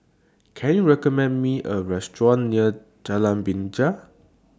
Can YOU recommend Me A Restaurant near Jalan Binja